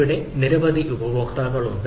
ഇവിടെ നിരവധി ഉപഭോക്താക്കളുണ്ട്